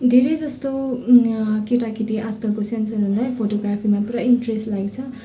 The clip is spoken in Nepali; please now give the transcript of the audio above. धेरै जस्तो केटा केटी आजकलको सान सानोलाई फोटोग्राफीमा पुरा इन्ट्रेस्ट लागेको छ